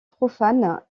profanes